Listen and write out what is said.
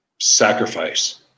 sacrifice